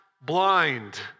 blind